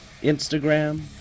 Instagram